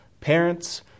parents